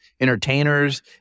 entertainers